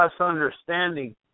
understanding